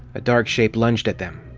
a dark shape lunged at them.